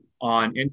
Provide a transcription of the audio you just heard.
on